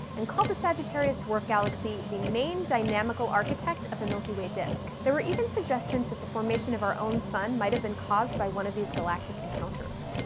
and called the sagittarius dwarf galaxy the main dynamical architect of the milky way disk. there were even suggestions that the formation of our own sun might have been caused by one of these galactic encounters.